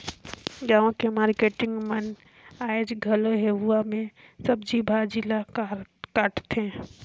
गाँव के मारकेटिंग मन आयज घलो हेसुवा में सब्जी भाजी ल काटथे